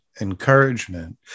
encouragement